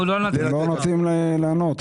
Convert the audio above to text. אתם לא נותנים לענות.